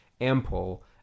ample